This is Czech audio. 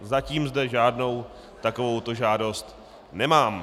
Zatím zde žádnou takovouto žádost nemám.